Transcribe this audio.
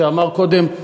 שאמר קודם,